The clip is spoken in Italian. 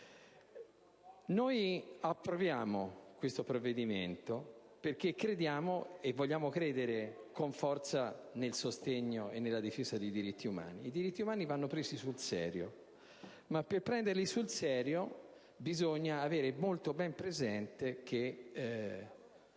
a favore di questo provvedimento perché crediamo, e vogliamo credere con forza, nel sostegno e nella difesa dei diritti umani. I diritti umani vanno presi sul serio, ma per farlo bisogna avere molto ben presente che